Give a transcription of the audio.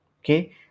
Okay